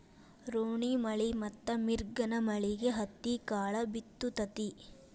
ರೋಣಿಮಳಿ ಮತ್ತ ಮಿರ್ಗನಮಳಿಗೆ ಹತ್ತಿಕಾಳ ಬಿತ್ತು ತತಿ